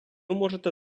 можете